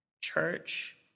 Church